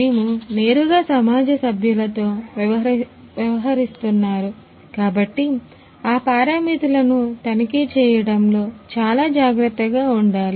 మేము నేరుగా సమాజ సభ్యులతో వ్యవహరిస్తున్నారు కాబట్టి ఆ పారామితులను తనిఖీ చేయడంలో చాలా జాగ్రత్తగా ఉండాలి